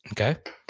Okay